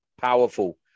Powerful